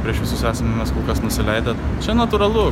prieš visus mes kol kas nusileidę čia natūralu